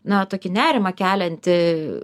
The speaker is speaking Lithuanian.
na tokį nerimą keliantį